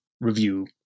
review